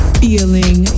feeling